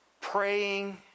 praying